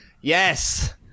Yes